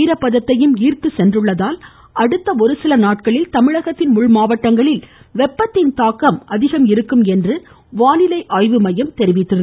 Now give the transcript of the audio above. ஈரப்பதத்தையும் ஈர்த்து சென்றுள்ளதால் அடுத்து ஒரு சில நாட்களில் தமிழகத்தின் உள்மாவட்டங்களில் வெப்பத்தின் தாக்கம் அதிகம் இருக்கும் என்றும் வானிலை ஆய்வு மையம் தெரிவித்திருந்தது